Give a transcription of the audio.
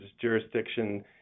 jurisdiction